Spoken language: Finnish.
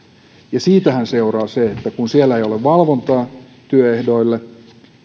ja siitähän seuraa se että kun siellä ei ole valvontaa työehdoille